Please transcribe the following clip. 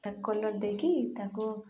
ତାକୁ କଲର୍ ଦେଇକି ତାକୁ